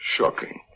Shocking